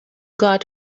got